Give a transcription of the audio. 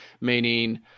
meaning